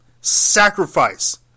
Sacrifice